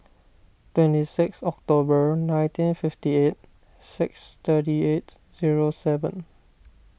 twenty six October nineteen fifty eight six thirty eight zero seven